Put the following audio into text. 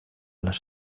las